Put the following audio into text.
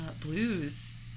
blues